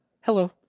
hello